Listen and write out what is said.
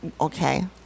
Okay